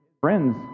friends